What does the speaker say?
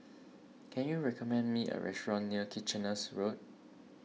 can you recommend me a restaurant near Kitcheners Road